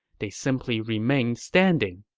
they simply remained standing.